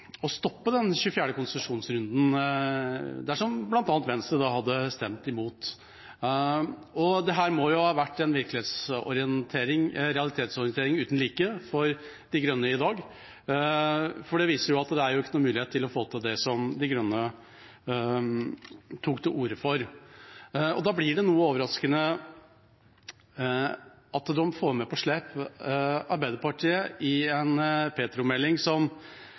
stoppe den 24. konsesjonsrunden dersom bl.a. Venstre hadde stemt imot. Det må ha vært en realitetsorientering uten like for De Grønne i dag, for det viser seg at det ikke er noen mulighet til å få til det som De Grønne tok til orde for. Da blir det noe overraskende at de får med seg Arbeiderpartiet på slep for en petroleumsmelding. Ifølge Arbeiderpartiet